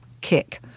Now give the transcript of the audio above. kick